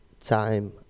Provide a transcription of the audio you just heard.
time